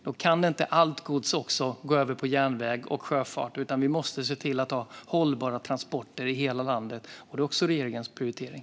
Då kan inte allt gods gå över på järnväg och sjöfart. Vi måste se till att ha hållbara transporter i hela landet. Det är också regeringens prioritering.